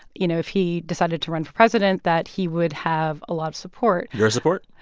you know, if he decided to run for president that he would have a lot of support your support?